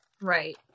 right